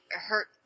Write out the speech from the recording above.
hurt